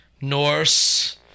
Norse